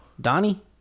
Donnie